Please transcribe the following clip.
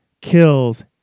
kills